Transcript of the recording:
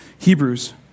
Hebrews